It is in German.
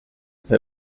bei